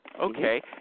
Okay